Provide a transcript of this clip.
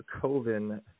coven